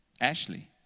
Ashley